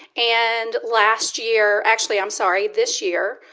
and last year actually, i'm sorry, this year,